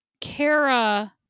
Kara